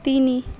ତିନି